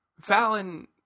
Fallon